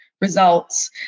results